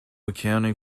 accounting